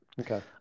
Okay